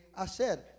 hacer